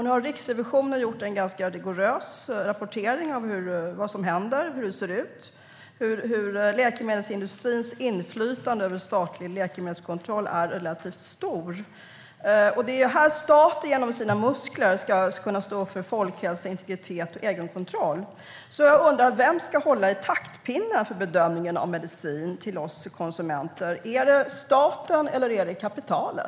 Nu har Riksrevisionen gjort en rigorös rapportering av vad som händer och hur det ser ut, och läkemedelsindustrins inflytande över statlig läkemedelskontroll är relativt stor. Det är här som staten genom sina muskler ska stå upp för folkhälsa, integritet och egenkontroll. Jag undrar: Vem ska hålla i taktpinnen när det gäller bedömningen av medicin till oss konsumenter - är det staten eller kapitalet?